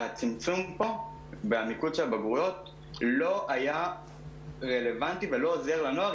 הצמצום פה במיקוד של הבגרויות לא היה רלוונטי ולא עוזר לנוער,